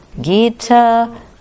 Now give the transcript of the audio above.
Gita